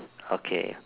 okay